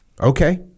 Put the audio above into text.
Okay